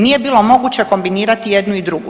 Nije bilo moguće kombinirati jednu i drugu.